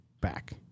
back